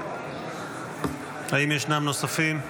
האם ישנם נוספים?